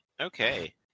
Okay